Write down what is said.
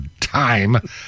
time